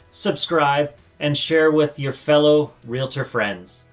subscribe and share with your fellow realtor friends.